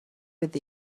with